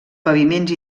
paviments